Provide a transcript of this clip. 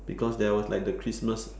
because there was like the christmas